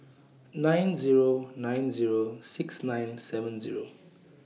nine Zero nine Zero six nine seven Zero